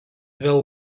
vėl